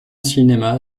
cinéma